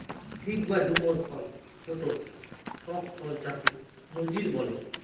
fig বা ডুমুর ফল ছোট্ট টক ফল যাকে নজির বলে